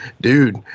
dude